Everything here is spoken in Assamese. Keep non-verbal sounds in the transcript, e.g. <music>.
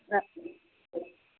<unintelligible>